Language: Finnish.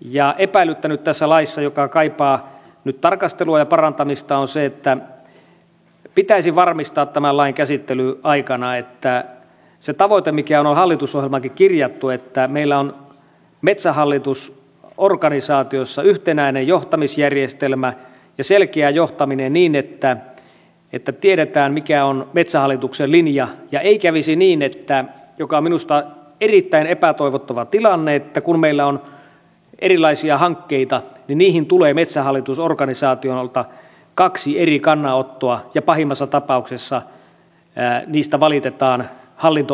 ja epäilyttänyt tässä laissa ja joka kaipaa nyt tarkastelua ja parantamista on se että pitäisi varmistaa tämän lain käsittelyaikana se tavoite mikä on hallitusohjelmaankin kirjattu että meillä on metsähallitus organisaatiossa yhtenäinen johtamisjärjestelmä ja selkeä johtaminen niin että tiedetään mikä on metsähallituksen linja ja ei kävisi niin mikä minusta on erittäin epätoivottava tilanne että kun meillä on erilaisia hankkeita niin niihin tulee metsähallitus organisaatiolta kaksi eri kannanottoa ja pahimmassa tapauksessa niistä valitetaan hallinto oikeuteen